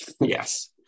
Yes